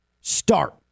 start